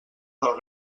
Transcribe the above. del